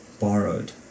Borrowed